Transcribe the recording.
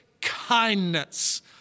kindness